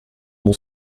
mon